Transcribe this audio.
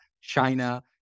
China